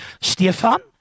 Stefan